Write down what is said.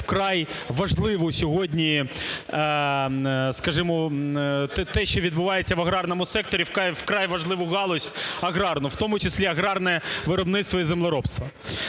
вкрай важливу сьогодні… скажімо, те, що відбувається в аграрному секторі вкрай важливу галузь – аграрну, у тому числі аграрне виробництво і землеробство.